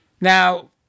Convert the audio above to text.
Now